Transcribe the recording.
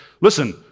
listen